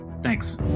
Thanks